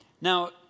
Now